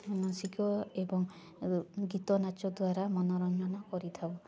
ମାନସିକ ଏବଂ ଗୀତ ନାଚ ଦ୍ୱାରା ମନୋରଞ୍ଜନ କରିଥାଉ